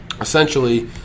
essentially